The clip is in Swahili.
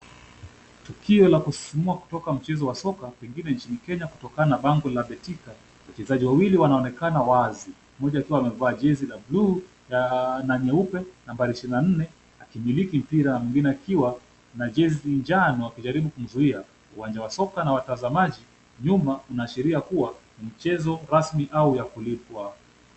Tukio la kusisimua kutoka mchezo wa soka pengine nchini Kenya kutokana na bango la betika. Wachezaji wawili wanaonekana wazi mmoja akiwa amevaa jezi la buluu na nyeupe, nambari ishirini na nne akimiliki mpira mwingine akiwa na jezi njano akijaribu kumzuia. Uwanja wa soka una watazamaji. Nyuma unaashiria kuwa mchezo rasmi au wa kulipwa.